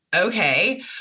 Okay